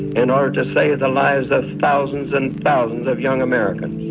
in order to save the lives of thousands and thousands of young americans.